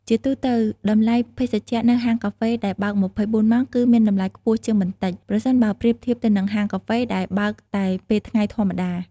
ជាទូទៅ តម្លៃភេសជ្ជៈនៅហាងកាហ្វេដែលបើក ២៤ ម៉ោងគឺ មានតម្លៃខ្ពស់ជាងបន្តិច ប្រសិនបើប្រៀបធៀបទៅនឹងហាងកាហ្វេដែលបើកតែពេលថ្ងៃធម្មតា។